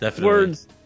Words